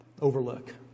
overlook